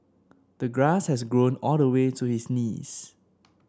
the grass had grown all the way to his knees